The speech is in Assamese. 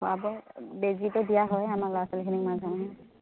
খোৱাব বেজীটো দিয়া হয়ে আমাৰ ল'ৰা ছোৱালীখিনিক মাজে সময়ে